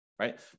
Right